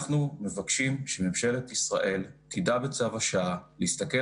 אנחנו מבקשים שממשלת ישראל תדע בצו השעה להסתכל